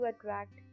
attract